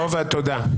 תודה.